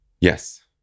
Yes